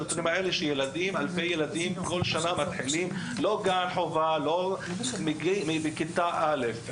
שאלפי ילדים כל שנה נכנסים למערכת רק בכיתה א׳,